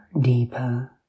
deeper